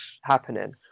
happening